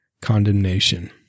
condemnation